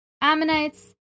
ammonites